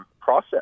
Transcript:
process